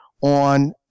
on